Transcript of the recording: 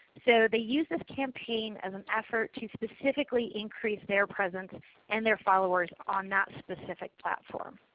so they used this campaign as an effort to specifically increase their presence and their followers on that specific platform.